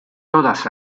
todas